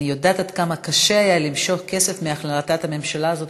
אני יודעת עד כמה קשה היה למשוך כסף מהחלטת הממשלה הזאת,